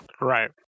right